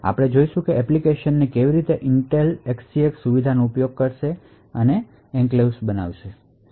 આપણે જોશું કે એપ્લિકેશન કેવી રીતે ઇન્ટેલ SGX સુવિધાનો ઉપયોગ કરશે અને આપણે એન્ક્લેવ્સ બનાવીશું